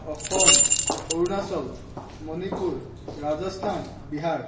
Assam Arunachal Manipur Rajasthan Bihar